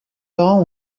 parents